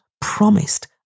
promised